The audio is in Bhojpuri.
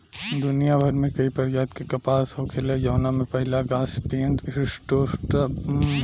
दुनियाभर में कई प्रजाति के कपास होखेला जवना में पहिला गॉसिपियम हिर्सुटम होला